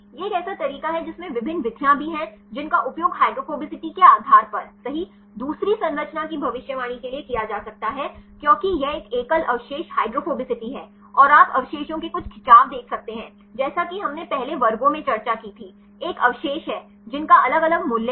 यह एक ऐसा तरीका है जिसमें विभिन्न विधियाँ भी हैं जिनका उपयोग हाइड्रोफोबिसिटी के आधार पर सही दूसरी संरचना की भविष्यवाणी के लिए किया जा सकता है क्योंकि यह एक एकल अवशेष हाइड्रोफोबिसिटी है और आप अवशेषों के कुछ खिंचाव देख सकते हैं जैसा कि हमने पहले वर्गों में चर्चा की थी एक अवशेष है जिनका अलग अलग मूल्य है